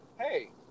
hey